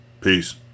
Peace